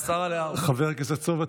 03:50. חבר הכנסת סובה,